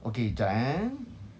okay jap eh